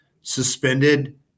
suspended